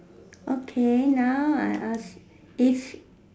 okay now I ask if